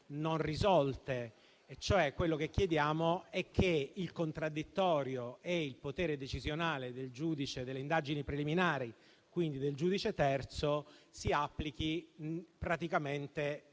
non risolte. Quello che chiediamo, cioè, è che il contraddittorio e il potere decisionale del giudice delle indagini preliminari, quindi del giudice terzo, si applichino praticamente